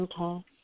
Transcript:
Okay